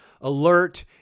alert